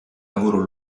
lavoro